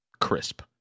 crisp